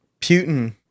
Putin